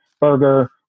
burger